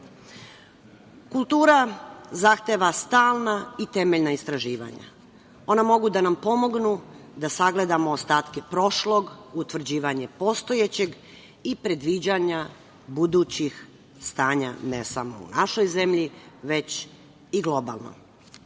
zahteva stalna i temeljna istraživanja. Ona mogu da nam pomognu da sagledamo ostatke prošlog, utvrđivanje postojećeg i predviđanja budućih stanja, ne samo u našoj zemlji, već i globalno. Jedno